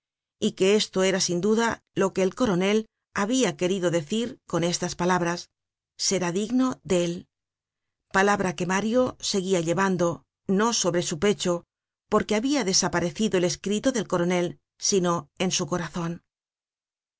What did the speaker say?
y que esto era sin duda lo que el coronel habia querido decir con estas palabras será digno de él palabra que mario seguia llevando no sobre su pecho porque habia desaparecido el escrito del coronel sino en su corazon